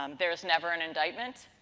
um there's never an indictment.